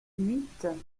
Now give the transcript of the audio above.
huit